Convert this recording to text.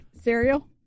Cereal